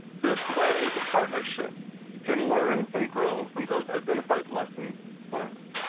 this way the partnership can learn and grow from those identified lessons learned.